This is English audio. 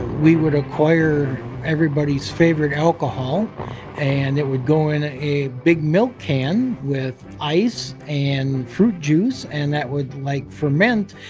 we would acquire everybody's favorite alcohol and it would go in a big milk can with ice and fruit juice and that would like ferment.